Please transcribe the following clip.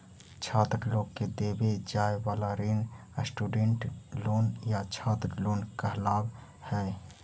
छात्र लोग के देवे जाए वाला ऋण स्टूडेंट लोन या छात्र लोन कहलावऽ हई